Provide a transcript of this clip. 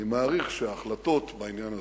אני מעריך שהחלטות בעניין הזה,